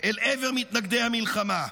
אל עבר מתנגדי המלחמה,